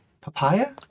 papaya